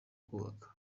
kubaka